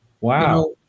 Wow